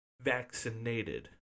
vaccinated